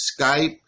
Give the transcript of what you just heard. Skype